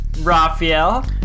Raphael